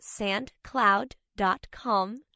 sandcloud.com